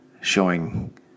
showing